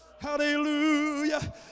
Hallelujah